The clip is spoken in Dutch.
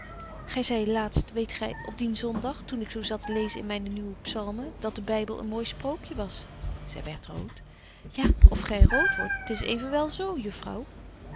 gy zei laatst weet gy op dien zondag toen ik zo zat te lezen in myn nieuwe psalmen dat de bybel een mooi sprookje was zy werdt root ja of gy root wordt t is evenwel zo juffrouw